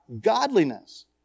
godliness